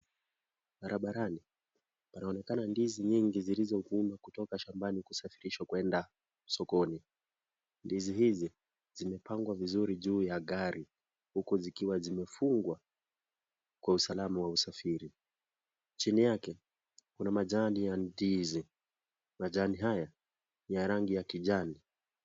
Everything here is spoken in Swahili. Barabarani, panaonekana ndizi nyingi zilizovunwa kutoka shambani kusafirishwa kwenda sokoni. Ndizi hizi zimepangwa vizuri juu ya gari, huku zikiwa zimefungwa kwa usalama wa usafiri, chini yake kuna majani ya ndizi majani haya ya rangi ya kijani.